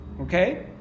okay